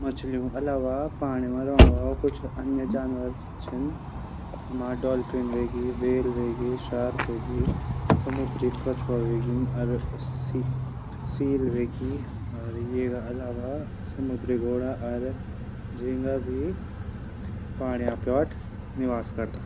मछलियों अलावा पाणी मा रैण वाला कुछ अन्य जानवर छन डाल्फिन हवेग्या ह्वेल हवेग्या शार्क हवेग्या। समुदी कछुआ ह्वगेन। शील ह्वगेन ये अलावा समुद्री घोडा। पाण्या पाट निवास करदा।